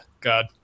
God